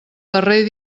darrer